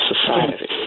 society